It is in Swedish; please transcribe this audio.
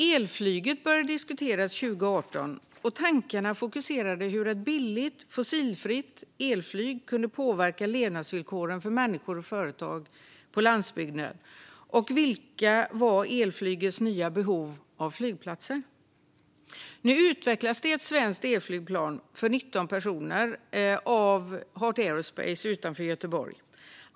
Elflyget började diskuteras 2018, och tankarna var fokuserade på hur ett billigt, fossilfritt elflyg kunde påverka levnadsvillkoren för människor och företag på landsbygden och vilka som var elflygets nya behov i fråga om flygplatser. Nu utvecklas ett svenskt elflygplan för 19 personer av Heart Aerospace utanför Göteborg.